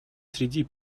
среди